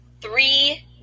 Three